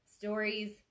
stories